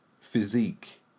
physique